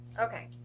Okay